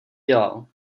dělal